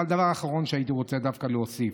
דבר אחרון שהייתי רוצה דווקא להוסיף: